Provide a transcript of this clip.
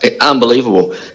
unbelievable